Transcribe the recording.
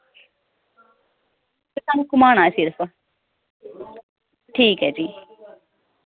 ते स्हानू घुमाना सिर्फ ठीक ऐ जी